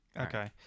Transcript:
Okay